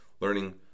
learning